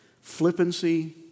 Flippancy